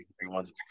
everyone's